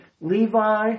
Levi